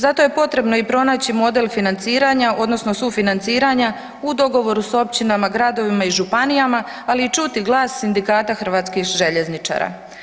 Zato je potrebno i pronaći model financiranja odnosno sufinanciranja u dogovoru s općinama, gradovima i županijama ali i čuti glas Sindikata hrvatskih željezničara.